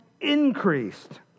increased